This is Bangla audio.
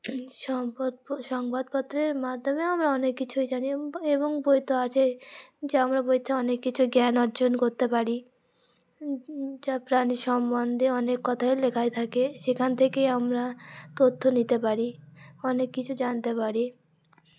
সম্পদ সংবাদপত্রের মাধ্যমেও আমরা অনেক কিছুই জানি এবং বই তো আছে যা আমরা বইতে অনেক কিছু জ্ঞান অর্জন করতে পারি যা প্রাণী সম্বন্ধে অনেক কথাই লেখায় থাকে সেখান থেকেই আমরা তথ্য নিতে পারি অনেক কিছু জানতে পারি